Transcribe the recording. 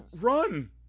Run